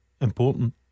Important